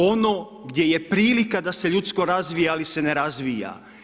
Ono gdje je prilika da se ljudsko razvija ali se ne razvija.